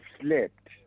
slept